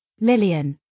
Lillian